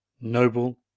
NOBLE